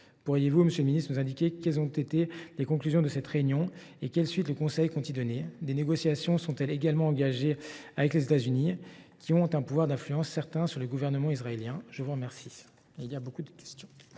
pourriez vous nous indiquer quelles ont été les conclusions de cette réunion et quelles suites le Conseil européen compte y donner ? Des négociations sont elles également engagées avec les États Unis, qui ont un pouvoir d’influence certain sur le gouvernement israélien ? Je reconnais